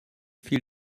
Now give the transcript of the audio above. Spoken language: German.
viel